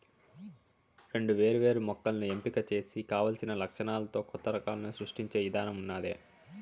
రెండు వేరు వేరు మొక్కలను ఎంపిక చేసి కావలసిన లక్షణాలతో కొత్త రకాలను సృష్టించే ఇధానం ఉన్నాది